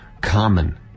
common